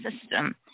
system